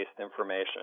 information